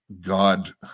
God